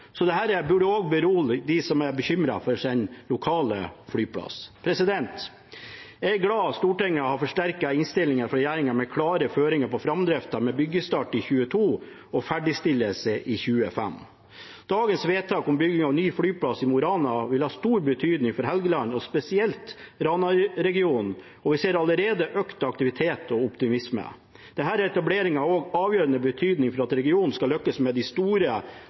Så dette burde også berolige dem som er bekymret for sin lokale flyplass. Jeg er glad for at Stortinget har forsterket innstillingen fra regjeringen med klare føringer på framdriften med byggestart i 2022 og ferdigstillelse i 2025. Dagens vedtak om bygging av ny flyplass i Mo i Rana vil ha stor betydning for Helgeland og spesielt Rana-regionen, og vi ser allerede økt aktivitet og optimisme. Denne etableringen har også avgjørende betydning for at regionen skal lykkes med de store